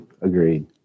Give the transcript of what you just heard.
agreed